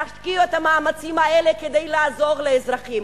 תשקיעו את המאמצים האלה כדי לעזור לאזרחים.